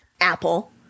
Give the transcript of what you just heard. Apple